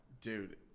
Dude